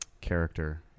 character